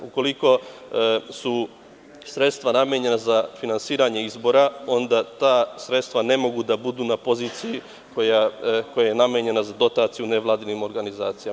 Ukoliko su sredstva namenjena za finansiranje izbora, onda ta sredstva ne mogu da budu na poziciji koja je namenjena za dotaciju nevladinim organizacijama.